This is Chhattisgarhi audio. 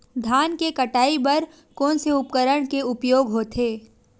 धान के कटाई बर कोन से उपकरण के उपयोग होथे?